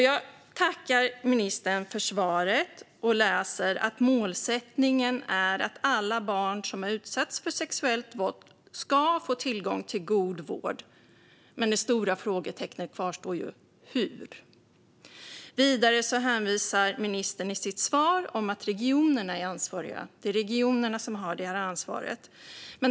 Jag tackar ministern för svaret. Jag läser att målsättningen är att alla barn som har utsatts för sexuellt våld ska få tillgång till god vård. Men det stora frågetecknet kvarstår: Hur? Vidare hänvisar ministern i sitt svar till att regionerna är ansvariga. Det är regionerna som har ansvaret.